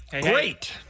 great